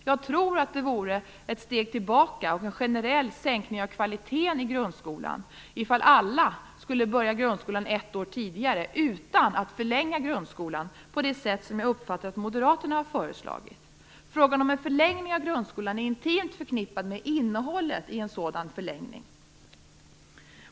Jag tror att det vore ett steg tillbaka och en generell sänkning av kvaliteten i grundskolan om alla skulle börja grundskolan ett år tidigare, utan att förlänga grundskolan på det sätt som jag uppfattar att moderaterna har föreslagit. Frågan om en förlängning av grundskolan är intimt förknippad med innehållet i en sådan förlängning.